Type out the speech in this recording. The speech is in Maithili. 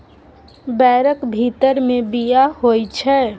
बैरक भीतर मे बीया होइ छै